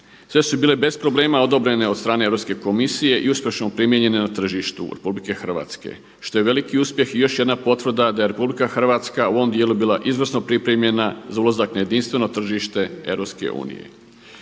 Sve su bile bez problema odobrene od strane Europske komisije i uspješno primijenjene na tržištu RH, što je veliki uspjeh i još jedna potvrda da je RH u ovom dijelu bila izvrsno pripremljena za ulazak na jedinstveno tržište EU. U suradnji